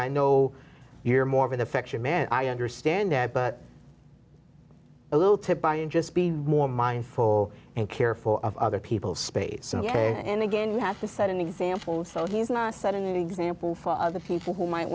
i know you're more of an affection man i understand but a little to buy and just be more mindful and careful of other people's space and again you have to set an example so he's not setting an example for other people who might